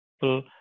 people